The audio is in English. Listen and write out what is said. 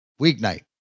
weeknight